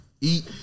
eat